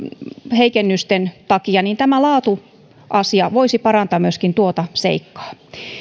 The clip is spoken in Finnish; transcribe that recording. heikennysten takia tämä laatuasia voisi parantaa myöskin tuota seikkaa